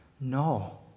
No